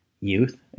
youth